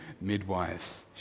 midwives